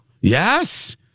Yes